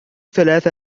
ثلاث